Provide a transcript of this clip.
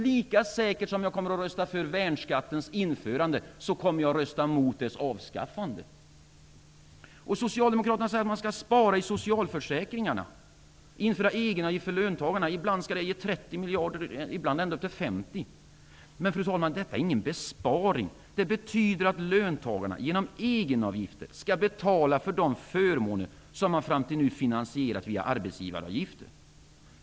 Lika säkert som att jag kommer att rösta för värnskattens införande kommer jag att rösta emot avskaffandet. Socialdemokraterna säger att man skall spara i socialförsäkringarna, införa egenavgift för löntagarna. Ibland skall detta ge 30 miljarder ibland ända upp till 50 miljarder. Men detta är ingen besparing. Det betyder att löntagarna genom egenavgifter skall betala för de förmåner som man fram till nu finansierat via arbetsgivaravgifter.